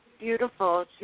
Beautiful